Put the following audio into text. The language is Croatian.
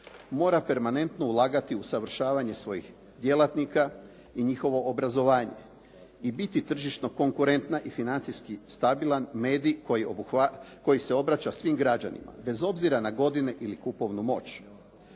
mora permanentno ulagati u usavršavanje svojih djelatnika i njihovo obrazovanje i biti tržišno konkurentna i financijski stabilan medij koji se obraća svim građanima, bez obzira na godine ili kupovnu moć.